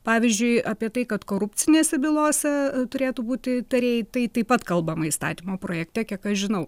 pavyzdžiui apie tai kad korupcinėse bylose turėtų būti tarėjai tai taip pat kalbama įstatymo projekte kiek aš žinau